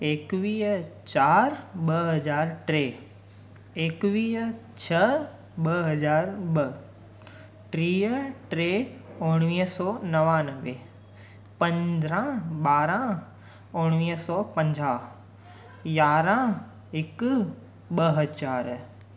एक्वीह चार ॿ हज़ार टे एक्वीह छह ॿ हज़ार ॿ टीह टे उणिवीह सौ नवानवे पंदरहां ॿारहां उणिवीह सौ पंजाह यारहां हिकु ॿ हज़ार